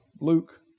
Luke